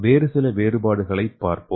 வேறு சில வேறுபாடுகளைப் பார்ப்போம்